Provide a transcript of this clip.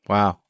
Wow